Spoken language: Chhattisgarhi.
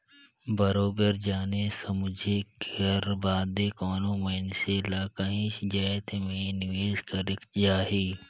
बरोबेर जाने समुझे कर बादे कोनो मइनसे ल काहींच जाएत में निवेस करेक जाही